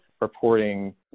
reporting